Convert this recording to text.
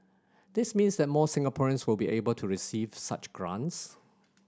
this means that more Singaporeans will be able to receive such grants